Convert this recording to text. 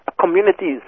communities